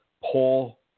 Paul